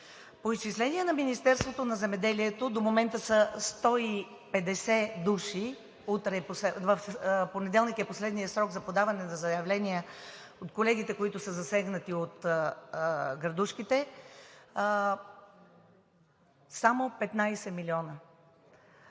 По изчисления на Министерството на земеделието, храните и горите до момента са 150 души. В понеделник е последният срок за подаване на заявления от колегите, които са засегнати от градушките – само 15 млн.